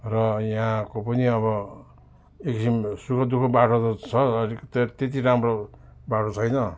र यहाँको पनि अब एकदम सुख दुःख बाटो त छ अलिक तर त्यति राम्रो बाटो छैन